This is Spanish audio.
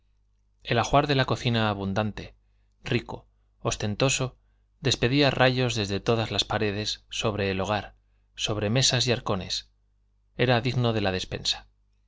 el ajuar de la cocina abundante rico ostentoso despedía rayos desde todas las paredes sobre el hogar sobre mesas y arcones era digno de la despensa